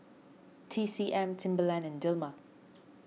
T C M Timberland and Dilmah